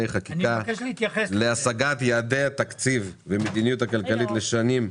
חקיקה להשגת יעדי התקציב והמדיניות הכלכלית לשנות